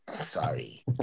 Sorry